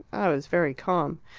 i was very calm.